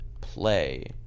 play